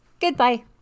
Goodbye